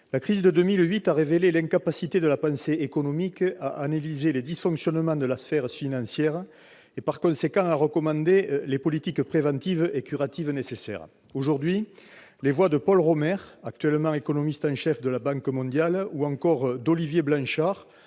La crise de 2008 a révélé l'incapacité de la pensée économique à analyser les dysfonctionnements de la sphère financière et, par conséquent, à recommander les politiques préventives et curatives nécessaires. Aujourd'hui, les voix de Paul Romer, actuellement économiste en chef de la Banque mondiale, ou encore d'Olivier Blanchard,